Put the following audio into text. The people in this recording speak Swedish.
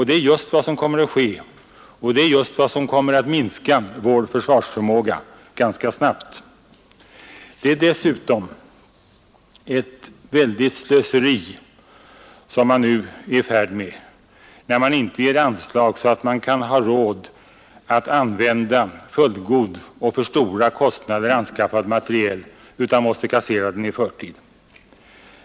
Det är just vad den kommer att göra, och detta kommer att minska vår försvarsförmåga ganska snabbt. Att nu inte bevilja sådana anslag att vi kan ha råd att också använda fullgod och för stora kostnader anskaffad materiel utan måste kassera denna i förtid, är ett väldigt slöseri.